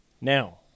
Now